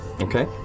Okay